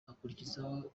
akurikizaho